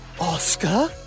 Oscar